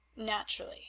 Naturally